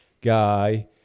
guy